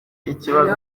ikibazo